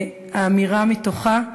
האמירה יוצאת מתוכה,